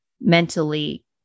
mentally